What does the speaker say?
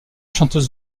chanteuse